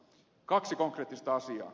kaksi konkreettista asiaa